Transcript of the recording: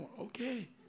Okay